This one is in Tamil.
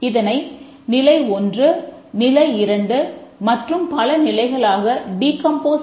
இதனை நிலை 1 நிலை 2 மற்றும் பல நிலைகளாக டீகம்போஸ்